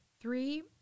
three